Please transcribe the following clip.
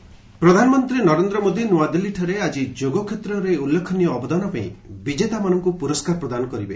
PM Yoga awards ପ୍ରଧାନମନ୍ତ୍ରୀ ନରେନ୍ଦ୍ର ମୋଦି ନୃଆଦିଲ୍ଲୀଠାରେ ଆଜି ଯୋଗକ୍ଷେତ୍ରରେ ଉଲ୍ଲେଖନୀୟ ଅବଦାନ ପାଇଁ ବିଜେତାମାନଙ୍କୁ ପୁରସ୍କାର ପ୍ରଦାନ କରିବେ